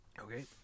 Okay